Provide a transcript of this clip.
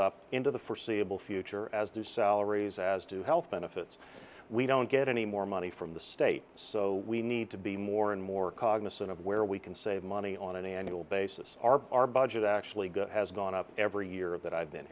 up into the foreseeable future as their salaries as to health benefits we don't get any more money from the state so we need to be more and more cognizant of where we can save money on an annual basis are our budget actually good has gone up every year that i've been